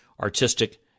artistic